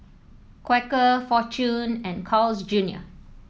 Quaker Fortune and Carl's Junior